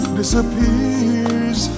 disappears